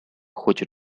хочет